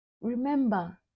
Remember